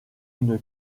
une